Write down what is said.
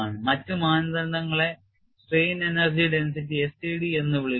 മറ്റ് മാനദണ്ഡങ്ങളെ strain energy density SED എന്ന് വിളിക്കുന്നു